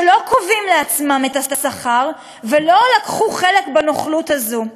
שלא קובעים לעצמם את השכר ולא לקחו חלק בנוכלות הזאת.